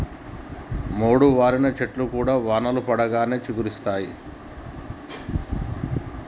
మోడువారిన చెట్లు కూడా వానలు పడంగానే చిగురిస్తయి